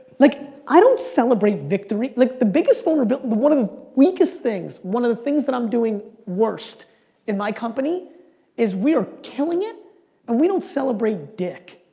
like i don't celebrate victory. like, the biggest vulnerability one of the weakest things, one of the things that i'm doing worst in my company is we are killing it and we don't celebrate dick.